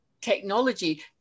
technology